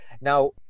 Now